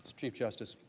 so chief justice,